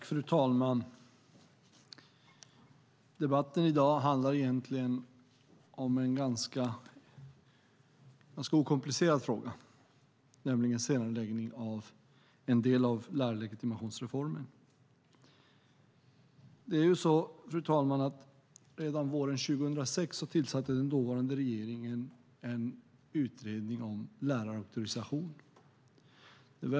Fru talman! Debatten handlar om en ganska okomplicerad fråga, nämligen senareläggning av en del av lärarlegitimationsreformen. Redan våren 2006 tillsatte regeringen en utredning om lärarauktorisation.